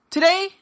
Today